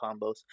combos